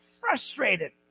frustrated